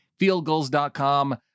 fieldgoals.com